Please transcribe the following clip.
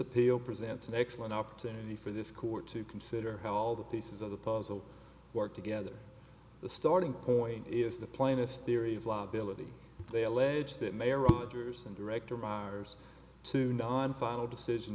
appeal presents an excellent opportunity for this court to consider how all the pieces of the puzzle work together the starting point is the plainest theory of liability they allege that mayor rogers and director myers to non final decision